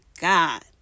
God